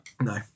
No